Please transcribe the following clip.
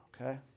okay